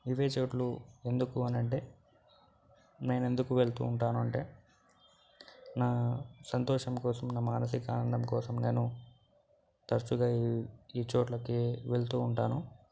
ఇవే చోట్లు ఎందుకనంటే నేను ఎందుకు వెళుతూ ఉంటాను అంటే నా సంతోషం కోసం నా మానసిక ఆనందం కోసం నేను తరచుగా ఈ చోట్లకే వెళుతూ ఉంటాను